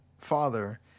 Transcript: father